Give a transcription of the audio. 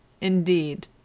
indeed